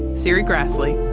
serri graslie,